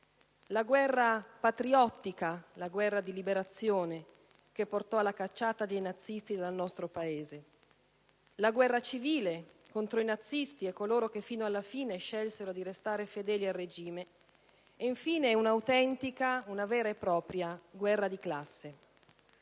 la guerra patriottica, di liberazione, che portò alla cacciata dei nazisti dal nostro Paese; la guerra civile contro i nazisti e coloro che fino alla fine scelsero di restare fedeli al regime; infine, una vera e propria guerra di classe.